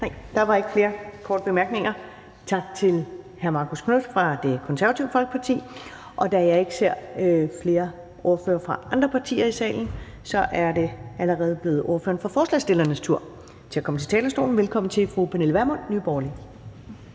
Der er ikke flere korte bemærkninger. Tak til hr. Marcus Knuth fra Det Konservative Folkeparti. Da jeg ikke ser flere ordførere fra andre partier i salen, er det allerede blevet ordføreren for forslagsstillernes tur til at komme på talerstolen. Velkommen til fru Pernille Vermund, Nye Borgerlige.